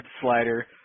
slider